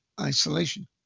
isolation